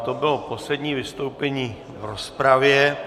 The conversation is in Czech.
To bylo poslední vystoupení v rozpravě...